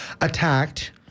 attacked